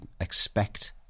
expect